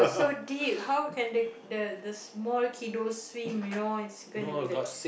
so deep how can the the the small kiddo swim you know it's gonna be like